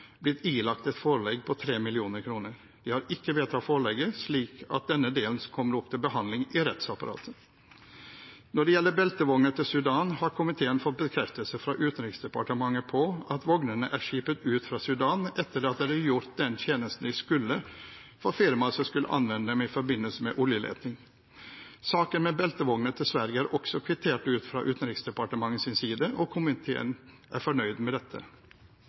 blitt ilagt et forelegg på 3 mill. kr. De har ikke vedtatt forelegget, slik at denne delen kommer opp til behandling i rettsapparatet. Når det gjelder beltevogner til Sudan, har komiteen fått bekreftelse fra Utenriksdepartementet på at vognene er skipet ut fra Sudan etter at de har gjort den tjenesten de skulle for firmaet som skulle anvende dem i forbindelse med oljeleting. Saken med beltevogner til Sverige er også kvittert ut fra Utenriksdepartementets side, og komiteen er fornøyd med dette.